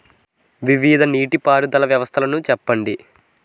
వివిధ నీటి పారుదల వ్యవస్థలను చెప్పండి?